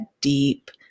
deep